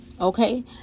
Okay